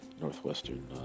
northwestern